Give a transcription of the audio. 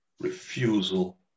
refusal